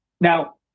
now